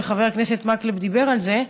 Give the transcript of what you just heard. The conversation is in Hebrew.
וחבר הכנסת מקלב דיבר על זה,